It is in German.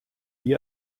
die